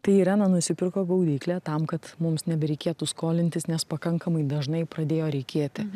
tai irena nusipirko gaudyklę tam kad mums nebereikėtų skolintis nes pakankamai dažnai pradėjo reikėti